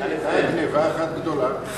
גנבה אחת גדולה.